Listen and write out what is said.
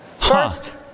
First